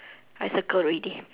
I circle already